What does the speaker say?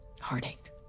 heartache